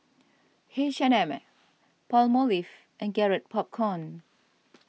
H and M Palmolive and Garrett Popcorn